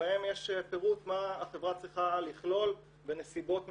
שבהם יש פירוט מה החברה צריכה לכלול בנסיבות מסוימות.